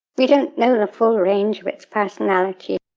we don't know the full range of its personality.